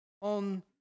on